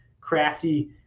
crafty